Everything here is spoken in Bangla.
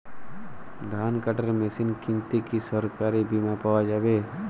ধান কাটার মেশিন কিনতে কি সরকারী বিমা পাওয়া যায়?